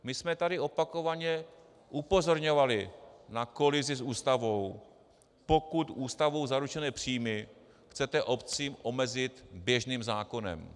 My jsme tady opakovaně upozorňovali na kolizi s Ústavou, pokud Ústavou zaručené příjmy chcete obcím omezit běžným zákonem.